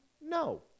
No